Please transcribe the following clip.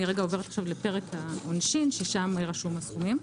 אני עוברת לפרק העונשין ששם רשומים הסכומים.